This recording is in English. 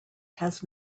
has